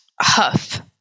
Huff